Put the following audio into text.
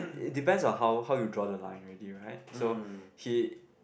it depends on how how you draw the line already right so he